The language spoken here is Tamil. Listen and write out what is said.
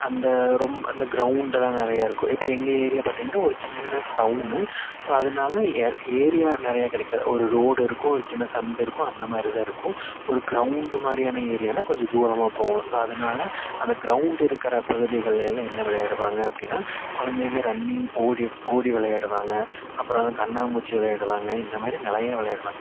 அந்த ரொம் அந்த க்ரௌண்ட் எல்லாம் நிறையா இருக்கும் இப்போ எங்கள் ஏரியா பார்த்திங்கனா ஒரு சின்ன டவுன்னு ஸோ அதனால ஏ ஏரியா நிறையா கிடைக்காது ஒரு ரோடு இருக்கும் ஒரு சின்ன சந்து இருக்கும் அந்தமாதிரி தான் இருக்கும் ஒரு க்ரௌண்ட் மாதிரியான ஏரியான்னா கொஞ்சம் தூரமாக போகணும் அதனால அந்த க்ரௌண்ட் இருக்கிற பகுதிகளில் எல்லாம் என்ன விளையாடுவாங்க அப்படினா குழந்தைகள் ரன்னிங் ஓடி ஓடி விளையாடுவாங்க அப்புறம் கண்ணாமூச்சி விளையாடுவாங்க இந்தமாதிரி நிறையா விளையாடுவாங்க